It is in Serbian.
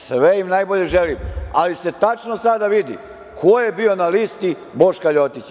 Sve im najbolje želim, ali se tačno sada vidi ko je bio na listi Boška „Ljotića“